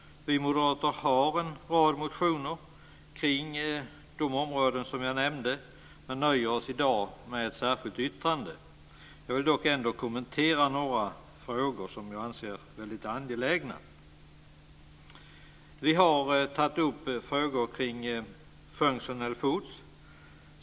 Vi moderater har en rad motioner kring de områden som jag nämnde, men vi nöjer oss i dag med ett särskilt yttrande. Jag vill dock kommentera några frågor som jag ser som väldigt angelägna. Vi har tagit upp frågor kring functional foods.